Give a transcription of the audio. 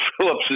Phillips